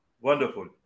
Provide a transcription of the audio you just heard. Wonderful